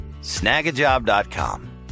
Snagajob.com